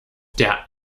der